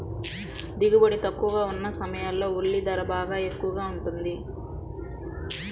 దిగుబడి తక్కువగా ఉన్న సమయాల్లో ఉల్లి ధర బాగా ఎక్కువగా ఉంటుంది